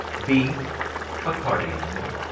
b a party animal.